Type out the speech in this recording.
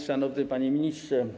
Szanowny Panie Ministrze!